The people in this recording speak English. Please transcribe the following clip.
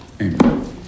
Amen